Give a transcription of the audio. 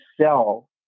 sell